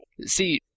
see